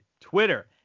Twitter